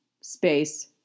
space